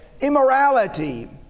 immorality